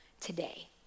today